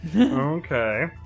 Okay